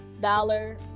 dollar